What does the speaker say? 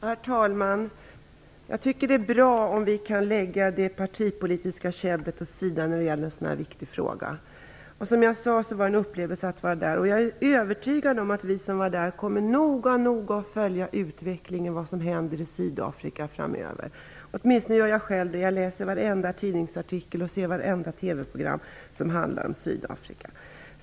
Herr talman! Jag tycker att det är bra om vi kan lägga det partipolitiska käbblet åt sidan när det gäller en så här viktig fråga. Som jag sade var det en upplevelse att vara i Sydafrika. Jag är övertygad om att vi som var där noggrant kommer att följa utvecklingen och se vad som händer i Sydafrika framöver. Jag gör det åtminstone själv. Jag läser varenda tidningsartikel och ser vartenda TV program som handlar om Sydafrika.